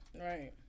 Right